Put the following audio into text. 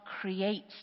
creates